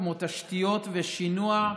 כמו תשתיות ושינוע,